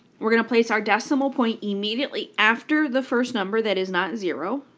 we're going to place our decimal point immediately after the first number that is not zero.